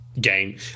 game